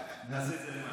נעשה את זה למטה.